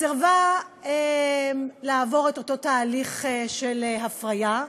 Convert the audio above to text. סירבה לעבור את אותו תהליך של הפריה,